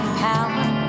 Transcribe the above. power